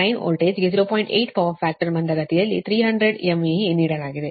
8 power factor ಮಂದಗತಿಯಲ್ಲಿ 300 MVA ನೀಡಲಾಗಿದೆ